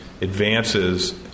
advances